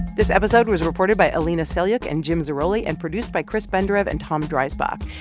this episode was reported by alina selyukh and jim zarroli and produced by chris benderev and tom dreisbach.